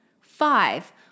Five